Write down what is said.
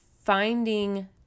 Finding